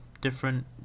different